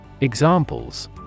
Examples